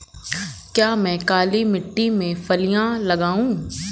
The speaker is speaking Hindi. क्या मैं काली मिट्टी में फलियां लगाऊँ?